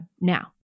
now